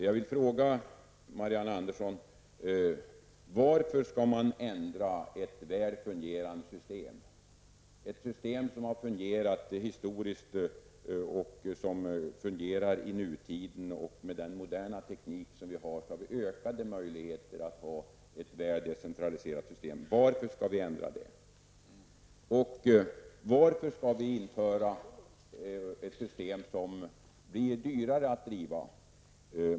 Jag vill fråga Marianne Andersson varför man skall ändra ett väl fungerande system. Detta system har fungerat historiskt och fungerar i nutid. Med den moderna tekniken som vi har, har vi ökade möjligheter att ha ett väl decentraliserat system. Varför skall man ändra på det? Varför skall vi införa ett system som blir dyrare att driva?